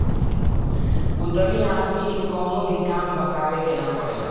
उद्यमी आदमी के कवनो भी काम बतावे के ना पड़ेला